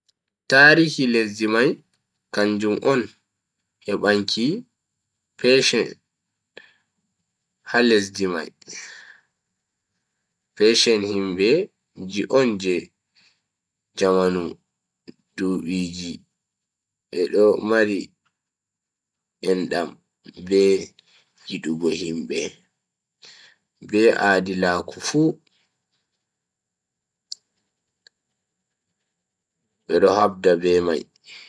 Tarihi lesdi mai kanjum on hebanki persian ha lesdi mai. Persian himbe ji on je jamanu dubiji be do mari endam be yidugo himbe be aadilaku fu. be do habda b mai.